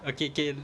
okay k